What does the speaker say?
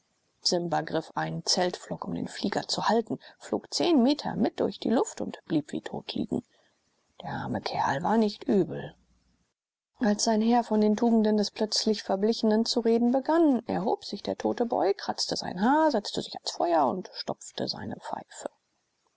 simba griff einen zeltpflock um den flieger zu halten flog zehn meter mit durch die luft und blieb wie tot liegen der arme kerl war nicht übel als sein herr von den tugenden des plötzlich verblichenen zu reden begann erhob sich der tote boy kratzte sein haar setzte sich ans feuer und stopfte seine pfeife